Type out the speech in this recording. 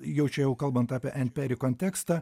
jau čia jau kalbant apie en peri kontekstą